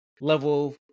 level